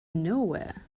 nowhere